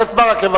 חבר הכנסת ברכה,